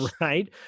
right